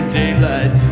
daylight